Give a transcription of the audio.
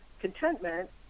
contentment